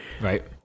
Right